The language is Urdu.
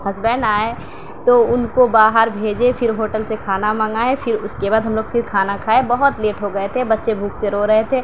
ہسبینڈ آئے تو ان کو باہر بھیجے پھر ہوٹل سے کھانا منگائے پھر اس کے بعد ہم لوگ پھر کھانا کھائے بہت لیٹ ہوگیے تھے بچّے بھوک سے رو رہے تھے